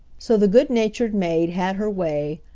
so the good-natured maid had her way,